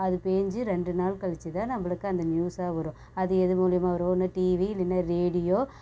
அது பேஞ்சி ரெண்டு நாள் கழித்து தான் நம்மளுக்கு அந்த நியூஸ்ஸாக வரும் அது எது மூலயமா வரும் ஒன்று டிவி இல்லைன்னா ரேடியோ